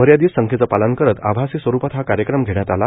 मर्यादित संख्यचे पालन करत आभासी स्वरूपात हा कार्यक्रम घेण्यात आला